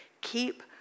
keep